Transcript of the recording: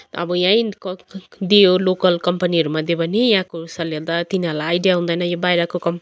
अब यहीँ क क दियो लोकल कम्पनीहरूमा दियो भने यहाँको तिनीहरूलाई आइडिया हुँदैन यो बाहिरको कम्